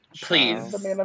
Please